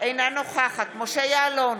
אינה נוכחת משה יעלון,